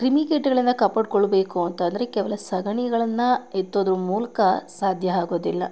ಕ್ರಿಮಿ ಕೀಟಗಳಿಂದ ಕಾಪಾಡ್ಕೊಳ್ಬೇಕು ಅಂತ ಅಂದ್ರೆ ಕೇವಲ ಸಗಣಿಗಳನ್ನ ಎತ್ತೋದರ ಮೂಲಕ ಸಾಧ್ಯ ಆಗೋದಿಲ್ಲ